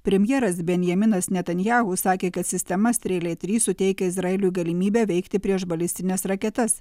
premjeras benjaminas netanjahu sakė kad sistema strėlė trys suteikia izraeliui galimybę veikti prieš balistines raketas